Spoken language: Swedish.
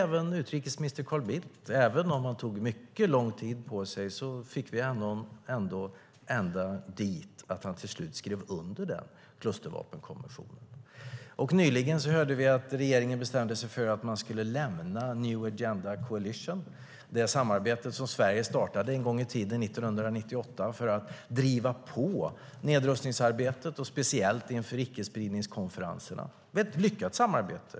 Även om utrikesminister Carl Bildt tog mycket lång tid på sig fick vi honom ändå ända dit att han till slut skrev under klustervapenkonventionen. Nyligen hörde vi att regeringen bestämde sig för att man skulle lämna New Agenda Coalition, det samarbete som Sverige startade en gång i tiden, 1998, för att driva på nedrustningsarbetet, speciellt inför icke-spridningskonferenserna. Det var ett väldigt lyckat samarbete.